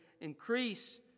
Increase